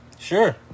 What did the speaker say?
Sure